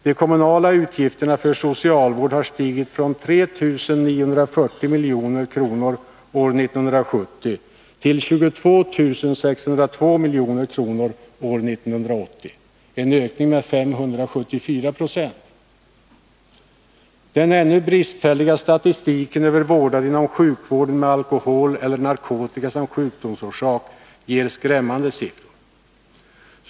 De kommunala utgifterna för socialvård har stigit från 3 194 milj.kr. år 1970 till 22 602 milj.kr. år 1980. Det är en ökning med 574 90. Den ännu bristfälliga statistiken över inom sjukvården vårdade med alkohol eller narkotika som sjukdomsorsaker visar skrämmande siffror.